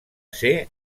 ser